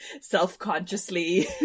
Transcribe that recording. self-consciously